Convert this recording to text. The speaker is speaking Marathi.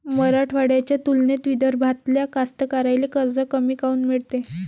मराठवाड्याच्या तुलनेत विदर्भातल्या कास्तकाराइले कर्ज कमी काऊन मिळते?